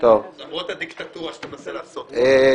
למרות הדיקטטורה שאתה מנסה לעשות כאן.